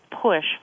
push